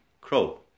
Crow